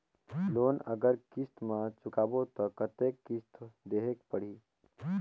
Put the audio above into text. Loan अगर किस्त म चुकाबो तो कतेक किस्त देहेक पढ़ही?